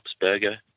burger